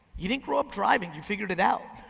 you didn't grow up driving, you figured it out.